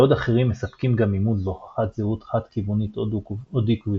בעוד אחרים מספקים גם אימות והוכחת זהות חד כיוונית או דו כיוונית.